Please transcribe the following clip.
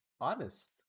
honest